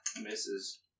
misses